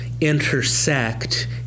intersect